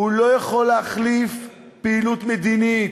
הוא לא יכול להחליף פעילות מדינית,